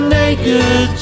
naked